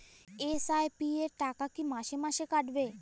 SIP র টাকা কী মাসে মাসে কাটবে?